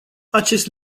acest